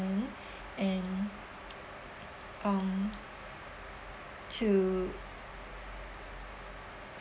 and um to